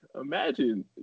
Imagine